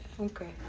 Okay